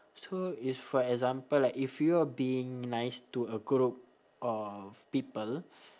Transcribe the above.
so is for example like if you are being nice to a group of people